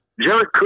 Jared